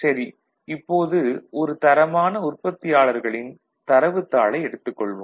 சரி இப்போது ஒரு தரமான உற்பத்தியாளர்களின் தரவுத்தாளை எடுத்துக் கொள்வோம்